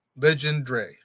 Legendre